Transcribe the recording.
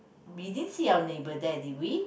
we didn't see our neighbour there did we